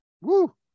Woo